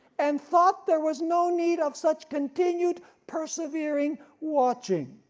and thought there was no need of such continued, persevering watching.